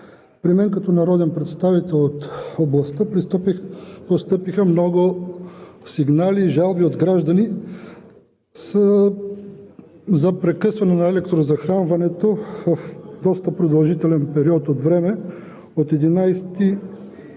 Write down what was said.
положение. Като народен представител от областта при мен постъпиха много сигнали и жалби от граждани за прекъсване на електрозахранването за доста продължителен период от време от 11 до